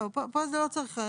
לא, פה לא צריך.